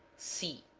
c.